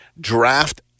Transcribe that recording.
draft